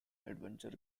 adventure